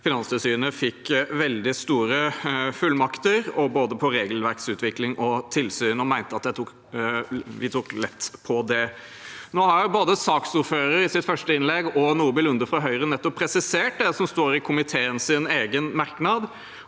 Finanstilsynet fikk veldig store fullmakter, både på regelverksutvikling og på tilsyn. Han mente at vi tok lett på det. Nå har jo både saksordføreren – i første innlegg – og Nordby Lunde fra Høyre nettopp presisert det som står i komiteens egen merknad